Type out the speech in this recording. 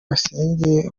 yasengeye